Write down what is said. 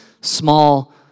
small